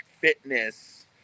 Fitness